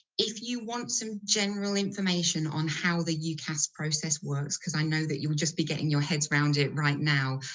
if you want some general information on how the ucas process works was i know you'll just be getting your heads around it right now,